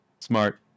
smart